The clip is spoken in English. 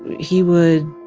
he would,